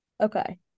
Okay